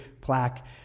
plaque